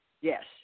Yes